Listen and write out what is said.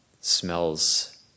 smells